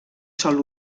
sol